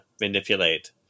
manipulate